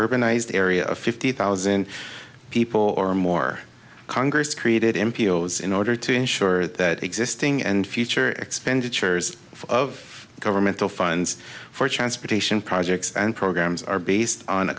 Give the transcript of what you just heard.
urbanized area of fifty thousand people or more congress created in pos in order to ensure that existing and future expenditures of governmental funds for transportation projects and programs are based on a